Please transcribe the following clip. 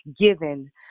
given